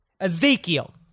Ezekiel